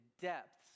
depths